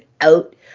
out